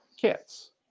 kits